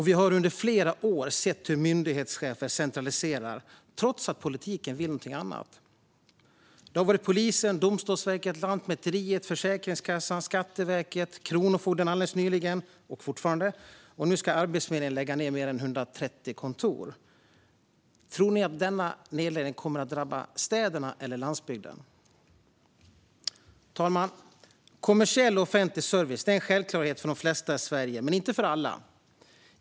Vi har under flera år sett hur myndighetschefer centraliserar, trots att politiken vill någonting annat. Det har varit polisen, Domstolsverket, Lantmäteriet, Försäkringskassan, Skatteverket och Kronofogden - alldeles nyligen och fortfarande. Nu ska dessutom Arbetsförmedlingen lägga ned mer än 130 kontor. Tror ni att denna nedläggning kommer att drabba städerna eller landsbygden? Fru talman! Kommersiell och offentlig service är en självklarhet för de flesta i Sverige men inte för alla.